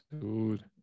dude